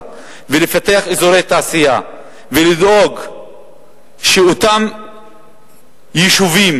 ולפתח אזורי תעשייה ולדאוג שאותם יישובים